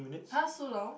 [huh] so long